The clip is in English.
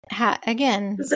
Again